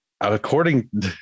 according